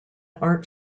art